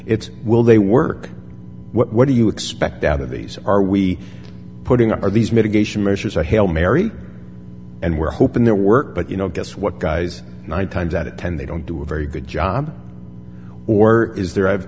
it's will they work what do you expect out of these are we putting our these mitigation measures a hail mary and we're hoping their work but you know guess what guys nine times out of ten they don't do a very good job or is there i